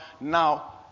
now